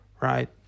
right